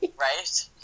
Right